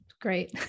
Great